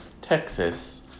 Texas